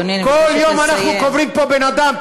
כל יום אנחנו קוברים פה בן-אדם.